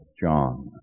John